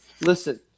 Listen